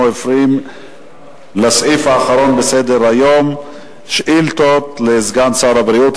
אנחנו עוברים לסעיף האחרון בסדר-היום: שאילתות לסגן שר הבריאות.